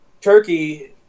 Turkey